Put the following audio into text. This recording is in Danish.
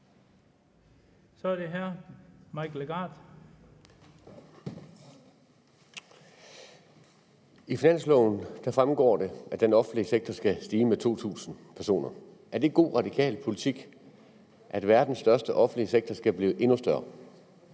Af finanslovsforslaget fremgår det, at den offentlige sektor skal udvides med 2.000 personer. Er det god radikal politik, at verdens største offentlige sektor skal blive endnu større?